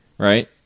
Right